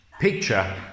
picture